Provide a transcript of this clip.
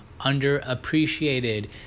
Underappreciated